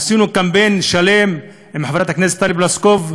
עשינו קמפיין שלם עם חברת הכנסת טלי פלוסקוב,